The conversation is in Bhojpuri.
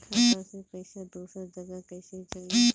खाता से पैसा दूसर जगह कईसे जाई?